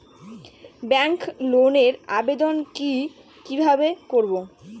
Bank লোনের আবেদন কি কিভাবে করব?